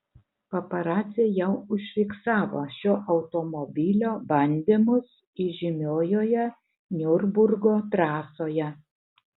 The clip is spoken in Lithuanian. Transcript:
paparaciai jau užfiksavo šio automobilio bandymus įžymiojoje niurburgo trasoje